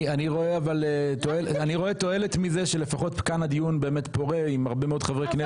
אני רואה תועלת מזה שלפחות כאן הדיון פורה עם הרבה מאוד חברי כנסת.